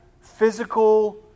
physical